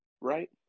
right